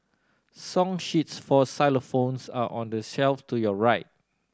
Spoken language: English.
song sheets for xylophones are on the shelf to your right